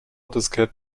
diskette